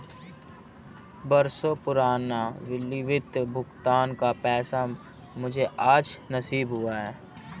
बरसों पुराना विलंबित भुगतान का पैसा मुझे आज नसीब हुआ है